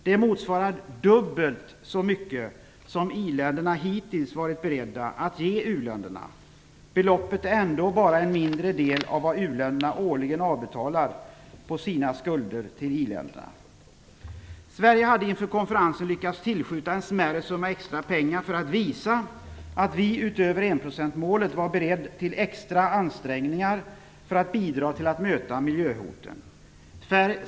Det motsvarar dubbelt så mycket som i-länderna hittills varit beredda att ge u-länderna. Beloppet är ändå bara en mindre del av vad u-länderna årligen avbetalar på sina skulder till i-länderna. Sverige hade inför konferensen lyckats tillskjuta en mindre summa extra pengar för att visa att vi utöver enprocentsmålet var beredda till extra ansträngningar för att bidra till att möta miljöhoten.